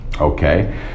okay